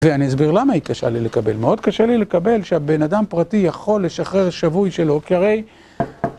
ואני אסביר למה היא קשה לי לקבל, מאוד קשה לי לקבל שהבן אדם פרטי יכול לשחרר שבוי של עוקריי